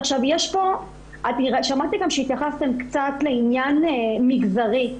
שמעתי שהתייחסתם כאן לעניין מגזרי.